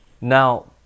Now